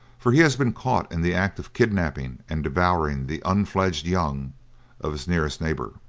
for he has been caught in the act of kidnapping and devouring the unfledged young of his nearest neighbour.